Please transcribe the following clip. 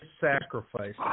sacrifice